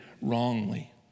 wrongly